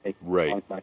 Right